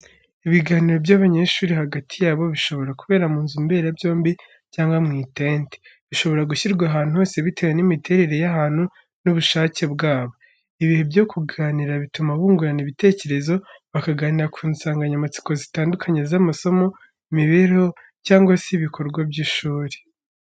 Ibiganiro by'abanyeshuri hagati yabo, bishobora kubera mu nzu mberabyombi cyangwa mu itente, rishobora gushyirwa ahantu hose bitewe n'imiterere y'ahantu n'ubushake bwabo. Ibihe byo kuganira bituma bungurana ibitekerezo, bakaganira ku nsanganyamatsiko zitandukanye z'amasomo, imibereho cyangwa se ibikorwa by'ishuri.